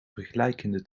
vergelijkende